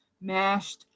mashed